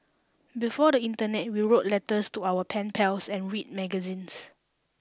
before the internet we wrote letters to our pen pals and read magazines